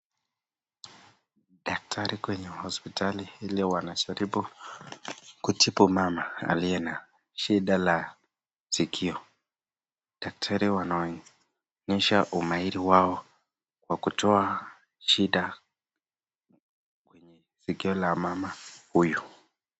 Daktari kwenye hospitali hili wanajaribu kutibu mama aliye na shida la maskio. Daktari wanaonyesha umairi wao kwa kutoa shida kwenye sikio la mama huyu.